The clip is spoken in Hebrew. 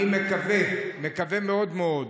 אני מקווה, מקווה מאוד מאוד,